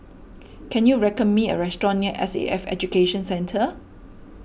can you reckon me a restaurant near S A F Education Centre